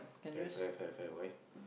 have have have have why